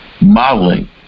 modeling